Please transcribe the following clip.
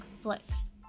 flicks